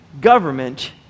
government